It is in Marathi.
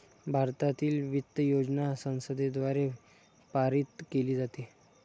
भारतातील वित्त योजना संसदेद्वारे पारित केली जाते